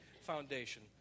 foundation